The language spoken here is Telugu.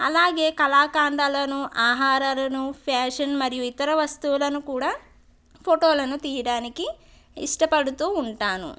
అలాగే కళాఖండాలను ఆహారాలను ఫ్యాషన్ మరియు ఇతర వస్తువులను కూడా ఫోటోలను తీయడానికి ఇష్టపడుతూ ఉంటాను